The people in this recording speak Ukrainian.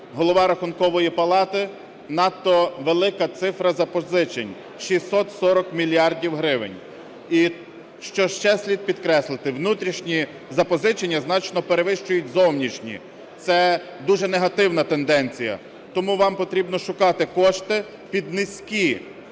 Голова Рахункової Палати, надто велика цифра запозичень, 640 мільярдів гривень. І що ще слід підкреслити, внутрішні запозичення значно перевищують зовнішні, це дуже негативна тенденція. Тому вам потрібно шукати кошти під низькі